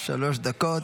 שלוש דקות.